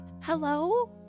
Hello